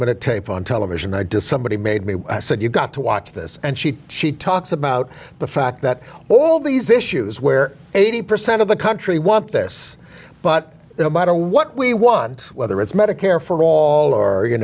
minute tape on television to somebody maybe said you got to watch this and she she talks about the fact that all these issues where eighty percent of the country want this but no matter what we want whether it's medicare for all or you